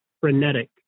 Frenetic